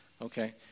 Okay